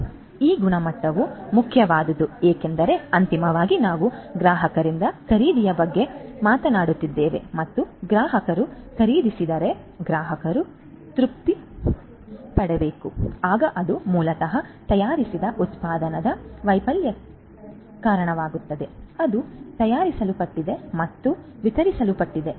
ಆದ್ದರಿಂದ ಈ ಗುಣಮಟ್ಟವು ಮುಖ್ಯವಾದುದು ಏಕೆಂದರೆ ಅಂತಿಮವಾಗಿ ನಾವು ಗ್ರಾಹಕರಿಂದ ಖರೀದಿಯ ಬಗ್ಗೆ ಮಾತನಾಡುತ್ತಿದ್ದೇವೆ ಮತ್ತು ಗ್ರಾಹಕರು ಖರೀದಿಸಿದರೆ ಆದರೆ ಗ್ರಾಹಕರು ತೃಪ್ತರಾಗುವುದಿಲ್ಲ ಆಗ ಅದು ಮೂಲತಃ ತಯಾರಿಸಿದ ಉತ್ಪನ್ನದ ವೈಫಲ್ಯಕ್ಕೆ ಕಾರಣವಾಗುತ್ತದೆ ಅದು ತಯಾರಿಸಲ್ಪಟ್ಟಿದೆ ಮತ್ತು ವಿತರಿಸಲ್ಪಡುತ್ತದೆ